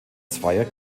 zweier